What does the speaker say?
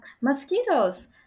Mosquitoes